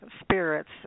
spirits